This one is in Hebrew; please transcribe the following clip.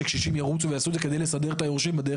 שהקשישים ירוצו ויעשו את זה כדי לסדר את היורשים בדרך הזאת.